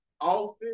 office